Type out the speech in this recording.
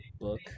book